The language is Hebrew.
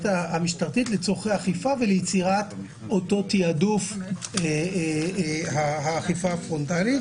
המשטרתית לצורכי אכיפה וליצירת אותו תעדוף אכיפה פרונטלי.